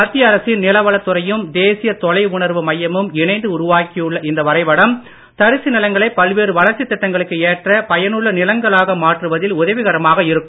மத்திய அரசின் நிலவளத் துறையும் தேசிய தொலை உணர்வு மையமும் இணைந்து உருவாக்கியுள்ள இந்த வரைபடம் தரிசு நிலங்களை பல்வேறு வளர்ச்சித் திட்டங்களுக்கு ஏற்ற பயனுள்ள நிலங்களாக மாற்றுவதில் உதவிகரமாக இருக்கும்